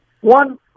One